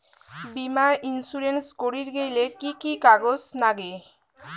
বীমা ইন্সুরেন্স করির গেইলে কি কি কাগজ নাগে?